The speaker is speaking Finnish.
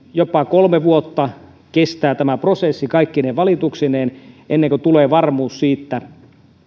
jopa kolme vuotta kestää tämä prosessi kaikkine valituksineen ennen kuin tulee varmuus siitä